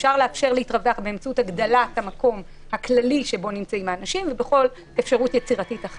אפשר לאפשר להתרווח באמצעות הגדלת המקום הכללי שבו נמצאים האנשים,